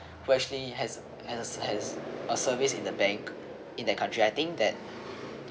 who actually has has has a service in the bank in that country I think that